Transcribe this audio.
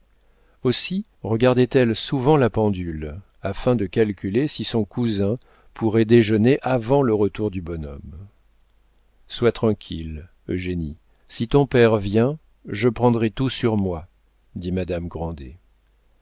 aussi regardait elle souvent la pendule afin de calculer si son cousin pourrait déjeuner avant le retour du bonhomme sois tranquille eugénie si ton père vient je prendrai tout sur moi dit madame grandet